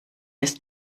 ist